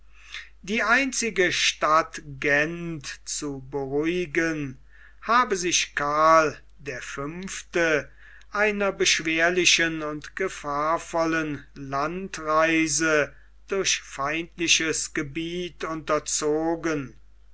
die einzige stadt gent zu beruhigen habe sich karl der fünfte einer beschwerlichen und gefahrvollen landreise durch feindliches gebiet unterzogen